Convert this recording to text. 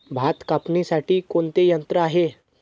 भात कापणीसाठी कोणते यंत्र आहे?